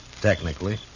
Technically